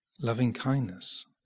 loving-kindness